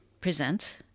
present